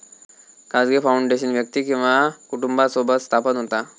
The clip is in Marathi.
खाजगी फाउंडेशन व्यक्ती किंवा कुटुंबासोबत स्थापन होता